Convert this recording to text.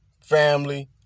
family